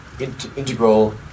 integral